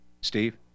Steve